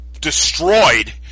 destroyed